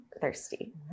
thirsty